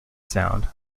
sound